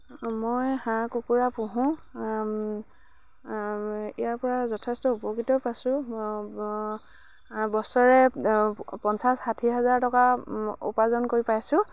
মই হাঁহ কুকুৰা পুহোঁ ইয়াৰপৰা যথেষ্ট উপকৃতও পাইছোঁ বছৰে পঞ্চাছ ষাঠি হাজাৰ টকা উপাৰ্জন কৰি পাইছোঁ